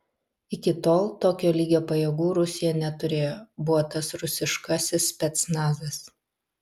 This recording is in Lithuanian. iki tol tokio lygio pajėgų rusija neturėjo buvo tas rusiškasis specnazas